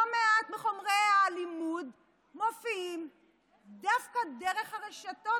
לא מעט מחומרי הלימוד מופיעים דווקא דרך הרשתות,